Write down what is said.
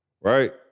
right